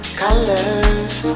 colors